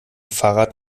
fahrrad